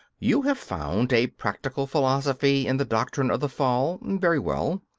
you have found a practical philosophy in the doctrine of the fall very well.